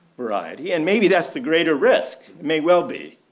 variety and maybe that's the greater risk may well be.